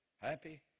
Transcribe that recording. happy